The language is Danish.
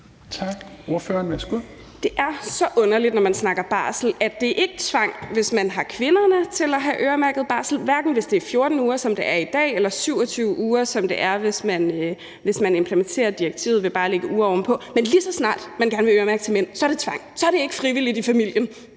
Det er så underligt, når man snakker barsel, at det ikke er tvang, hvis man har kvinderne til at have øremærket barsel – hverken hvis det er 14 uger, som det er i dag, eller 27 uger, som det er, hvis man implementerer direktivet ved bare at lægge uger ovenpå – men lige så snart man gerne vil øremærke til mænd, så er det tvang; så er det ikke frivilligt i familien.